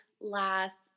Last